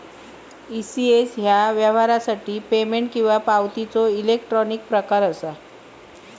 ECS ह्या व्यवहारासाठी payment किंवा पावतीचो इलेक्ट्रॉनिक प्रकार असा